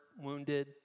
wounded